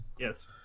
Yes